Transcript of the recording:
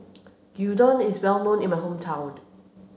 Gyudon is well known in my hometown